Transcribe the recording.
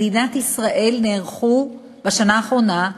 במדינת ישראל נערכו בשנה האחרונה,